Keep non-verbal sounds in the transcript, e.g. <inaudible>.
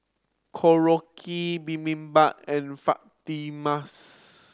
Korokke Bibimbap and <unintelligible>